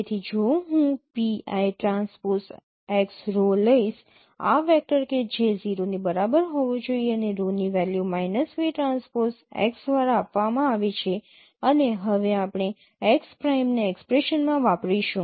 તેથી જો હું pi ટ્રાન્સપોઝ x rho લઈશ આ વેક્ટર કે જે 0 ની બરાબર હોવો જોઈએ અને rho ની value minus v transpose x દ્વારા આપવામાં આવી છે અને હવે આપણે x પ્રાઇમ ને એક્સપ્રેશનમાં વાપરીશું